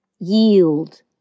yield